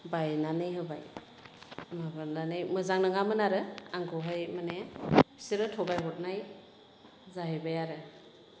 बायनानै होबाय माबानानै मोजां नङामोन आरो आंखौहाय माने बिसोरो थ'गायहरनाय जाहैबाय आरो